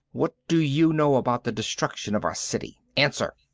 what do you know about the destruction of our city? answer!